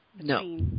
No